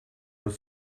were